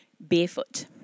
Barefoot